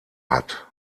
hat